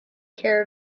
care